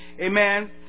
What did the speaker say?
Amen